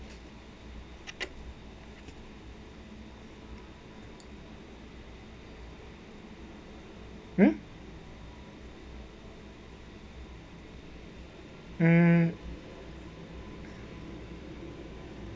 mm mm